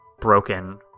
broken